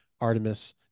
Artemis